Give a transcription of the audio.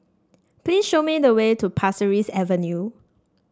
please show me the way to Pasir Ris Avenue